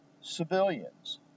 civilians